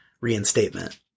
reinstatement